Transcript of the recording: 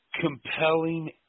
compelling